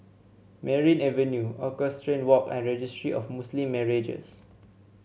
Merryn Avenue Equestrian Walk and Registry of Muslim Marriages